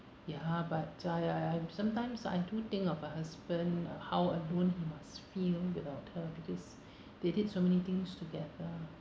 ya but I I I sometimes I do think of her husband uh how alone he must feel without her because they did so many things together